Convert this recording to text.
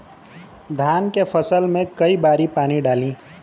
धान के फसल मे कई बारी पानी डाली?